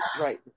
right